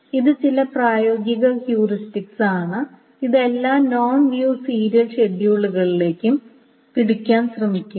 ഇത് ചില പ്രായോഗിക ഹ്യൂറിസ്റ്റിക്സ് ആണ് ഇത് എല്ലാ നോൺ വ്യൂ സീരിയൽ ഷെഡ്യൂളുകളും പിടിക്കാൻ ശ്രമിക്കുന്നു